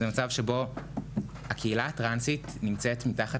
זה מצב בו הקהילה הטרנסית נמצאת מתחת